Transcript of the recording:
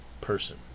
person